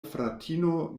fratino